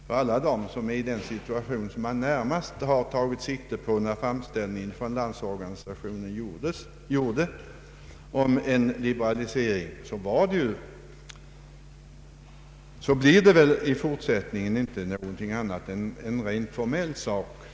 För alla dem som var i den situation som Landsorganisationen närmast tog sikte på när den gjorde sin framställning om en liberalisering blir väl i fortsättningen den medicinska prövningen inte någonting annat än en rent formell sak.